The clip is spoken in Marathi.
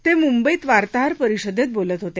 ते मुंबईत वार्ताहर परिषदेत बोलत होते